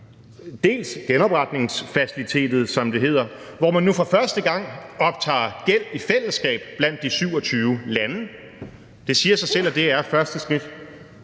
dels genopretningsfaciliteten, som det hedder, hvor man nu for første gang optager gæld i fællesskab blandt de 27 lande. Det siger sig selv, at det er første skridt